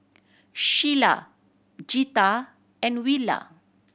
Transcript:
Shayla Jetta and Willa